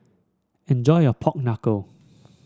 enjoy your Pork Knuckle